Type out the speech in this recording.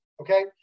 Okay